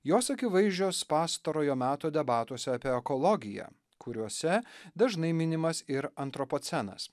jos akivaizdžios pastarojo meto debatuose apie ekologiją kuriuose dažnai minimas ir antropocenas